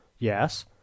Yes